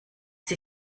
sie